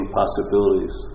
possibilities